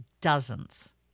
dozens